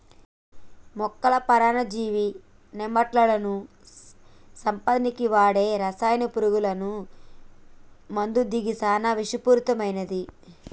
మొక్కల పరాన్నజీవి నెమటోడ్లను సంపనీకి వాడే రసాయన పురుగుల మందు గిది సానా విషపూరితమైనవి